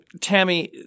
Tammy